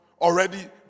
already